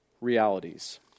realities